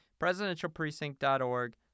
presidentialprecinct.org